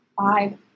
five